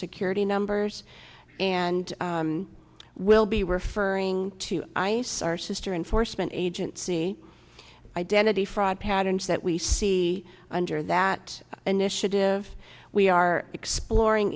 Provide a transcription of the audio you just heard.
security numbers and will be referring to ice our sister enforcement agency identity fraud patterns that we see under that initiative we are exploring